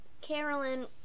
Carolyn